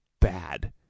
bad